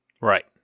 Right